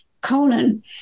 Conan